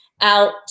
out